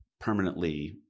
permanently